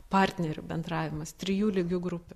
partnerių bendravimas trijų lygių grupių